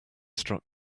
struck